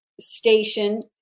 Station